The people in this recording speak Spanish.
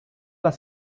las